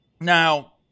Now